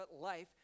life